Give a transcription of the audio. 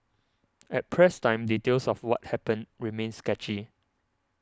at press time details of what happened remained sketchy